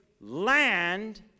land